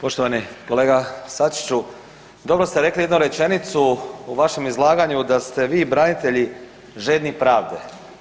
Poštovani kolega Sačiću, dobro ste rekli jednu rečenicu u vašem izlaganju da ste vi branitelji žedne pravde.